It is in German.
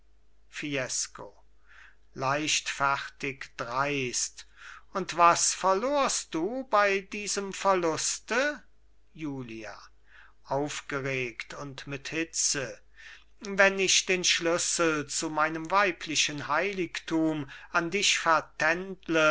fiesco leichtfertig dreust und was verlorst du bei diesem verluste julia aufgeregt und mit hitze wenn ich den schlüssel zu meinem weiblichen heiligtum an dich